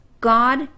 God